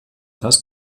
das